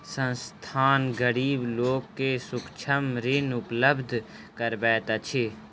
संस्थान, गरीब लोक के सूक्ष्म ऋण उपलब्ध करबैत अछि